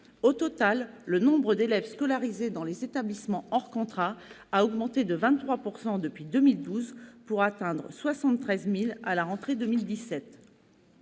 Au total, le nombre d'élèves scolarisés dans les établissements hors contrat a augmenté de 23 % depuis 2012, pour atteindre 73 000 à la rentrée de 2017.